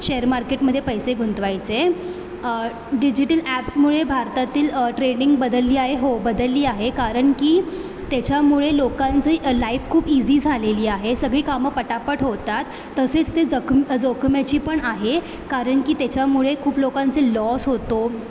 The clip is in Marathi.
शेअर मार्केटमध्ये पैसे गुंतवायचे डिजिटल ॲप्समुळे भारतातील ट्रेडिंग बदलली आहे हो बदलली आहे कारण की त्याच्यामुळे लोकांची लाईफ खूप इझी झालेली आहे सगळी कामं पटापट होतात तसेच ते जक्म जोखमीची पण आहे कारण की त्याच्यामुळे खूप लोकांचे लॉस होतो